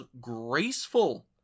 graceful